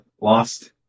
lost